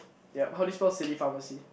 yep how do you spell city pharmacy